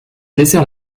dessert